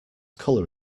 colour